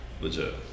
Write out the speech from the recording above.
legit